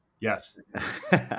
Yes